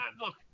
look